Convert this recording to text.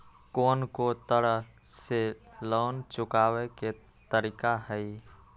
कोन को तरह से लोन चुकावे के तरीका हई?